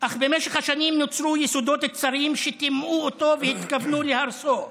אך במשך השנים נוצרו יסודות צרים שטימאו אותו והתכוונו להרסו.